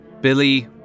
Billy